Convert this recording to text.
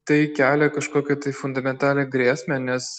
tai kelia kažkokią tai fundamentalią grėsmę nes